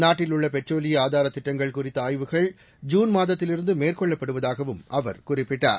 நாட்டில் உள்ள பெட்ரோலிய ஆதார திட்டங்கள் குறித்த ஆய்வுகள் ஜூன் மாதத்திலிருந்து மேற்கொள்ளப்படுவதாக குறிப்பிட்டார்